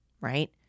right